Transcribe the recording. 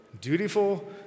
dutiful